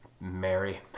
mary